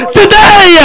today